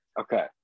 Okay